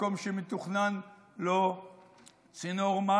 אם הוא יושב על מקום שמתוכנן לו צינור מים,